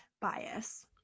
bias